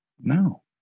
No